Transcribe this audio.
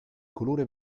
colore